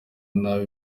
nabi